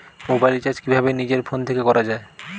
Mobile recharge কিভাবে নিজের phone থেকে করা য়ায়?